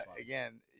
Again